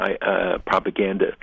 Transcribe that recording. propaganda